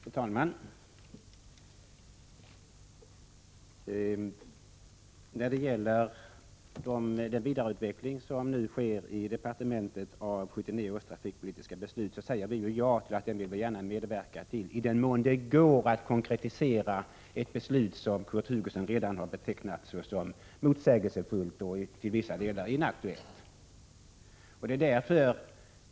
Fru talman! När det gäller den vidareutveckling av 1979 års trafikpolitiska beslut som nu sker i departementet säger vi ju för vår del att vi gärna vill medverka, i den mån det går att konkretisera ett beslut som Kurt Hugosson redan har betecknat såsom motsägelsefullt och till vissa delar inaktuellt.